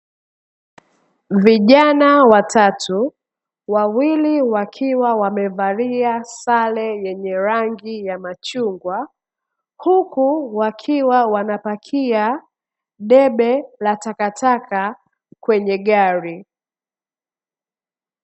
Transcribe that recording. Vijana watatu, wawili wakiwa wamevalia sare yenye rangi ya machungwa huku wakiwa wanapakia debe la takataka kwenye gari.